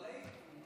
אבל היית.